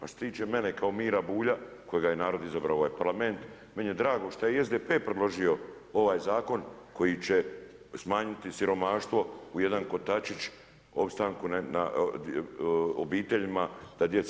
A što se tiče mene kao Mira Bulja, kojega je narod izabrao u ovaj Parlament, meni je drago što je i SDP predložio ovaj zakon koji će smanjiti siromaštvo u jedan kotačić opstanku obiteljima, da djeci.